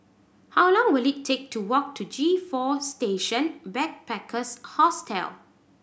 how long will it take to walk to G Four Station Backpackers Hostel